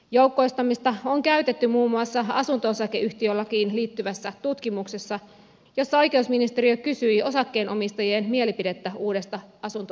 joukkoistamista on käytetty muun muassa asunto osakeyhtiölakiin liittyvässä tutkimuksessa jossa oikeusministeriö kysyi osakkeenomistajien mielipidettä uudesta asunto osakeyhtiölaista